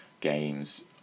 games